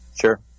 Sure